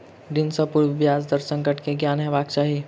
ऋण सॅ पूर्व ब्याज दर संकट के ज्ञान हेबाक चाही